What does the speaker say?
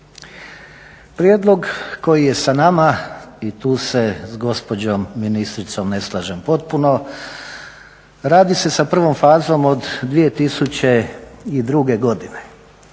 Prijedlog koji je sa nama i tu se s gospođom ministricom ne slažemo potpuno, radi se sa prvom fazom od 2002. godine,